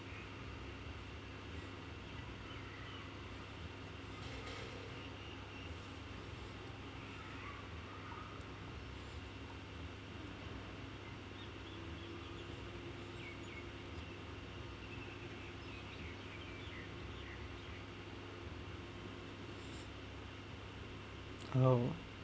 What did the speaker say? oh